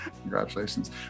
Congratulations